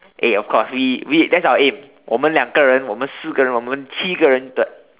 eh of course we we that's our aim 我们两个人我们四个人我们七个人 like